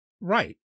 Right